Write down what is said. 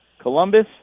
Columbus